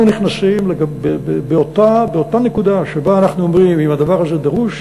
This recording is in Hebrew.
אנחנו נכנסים באותה נקודה שבה אנחנו אומרים: אם הדבר הזה דרוש,